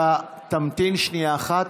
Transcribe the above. תמתין שנייה אחת,